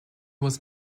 was